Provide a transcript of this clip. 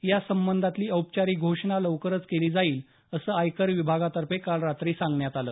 या संबंधातली औपचारिक घोषणा लवकरच केली जाईल असं आयकर विभागातर्फे काल रात्री सांगण्यात आलं